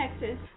Texas